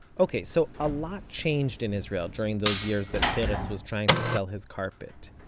ok, so a lot changed in israel during those years that peretz was trying to sell his carpets.